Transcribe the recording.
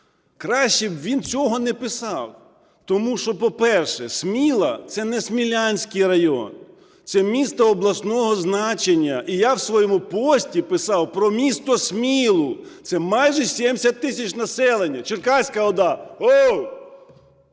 Краще б він цього не писав, тому що, по-перше, Сміла – це не Смілянський район, це місто обласного значення. І я в своєму пості писав про місто Смілу, це майже 70 тисяч населення. Черкаська ОДА!